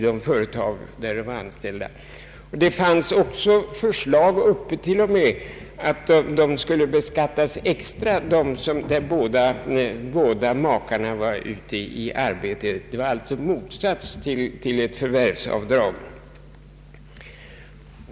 Det fanns t.o.m., också förslag på extra beskattning av sådana makar som båda arbetade, alltså motsatsen till ett förvärvsavdrag.